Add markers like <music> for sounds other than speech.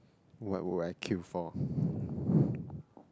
what will I queue for <breath>